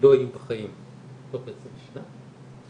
לא יהיו בחיים תוך 20 שנה.